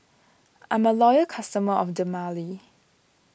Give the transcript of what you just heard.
I'm a loyal customer of Dermale